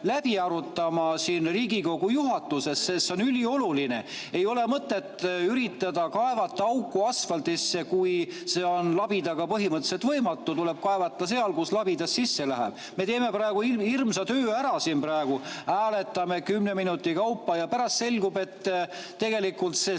läbi arutama siin Riigikogu juhatuses, sest see on ülioluline. Ei ole mõtet üritada kaevata labidaga auku asfaldisse, kui see on põhimõtteliselt võimatu. Tuleb kaevata seal, kus labidas sisse läheb.Me teeme praegu siin hirmsa töö ära, hääletame kümne minuti kaupa ja pärast selgub, et tegelikult